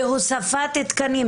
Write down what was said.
בהוספת תקנים,